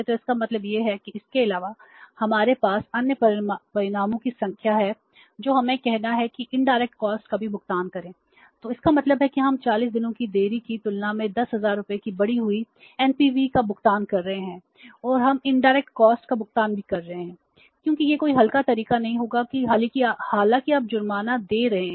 तो इसका मतलब यह है कि इसके अलावा हमारे पास अन्य परिणामों की संख्या है जो हमें कहना है कि इनडायरेक्ट कॉस्ट का भुगतान भी कर रहे हैं क्योंकि यह कोई हल्का तरीका नहीं होगा कि हालांकि आप जुर्माना दे रहे हैं